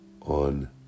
On